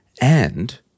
And-